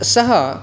सः